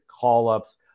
call-ups